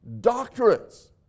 doctorates